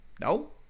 No